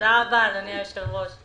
תודה רבה אדוני היושב-ראש,